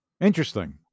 Interesting